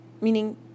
meaning